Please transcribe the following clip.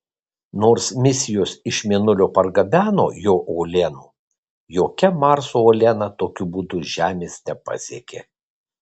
nors misijos iš mėnulio pargabeno jo uolienų jokia marso uoliena tokiu būdu žemės nepasiekė